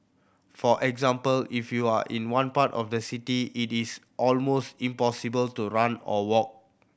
for example if you are in one part of the city it is almost impossible to run or walk